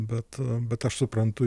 bet bet aš suprantu